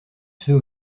ceux